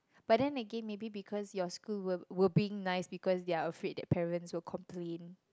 but then again maybe because your school were were being nice because they're afraid that parents will complain